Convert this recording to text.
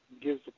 gives